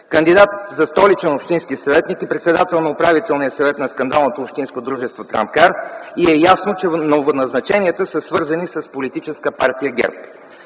кандидат за столичен общински съветник и председател на Управителния съвет на скандалното общинско дружество „Трамкар” и е ясно, че новоназначенията са свързани с политическа партия ГЕРБ!